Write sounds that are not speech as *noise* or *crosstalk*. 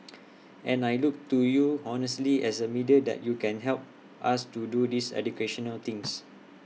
*noise* and I look to you honestly as A media that you can help us do this educational things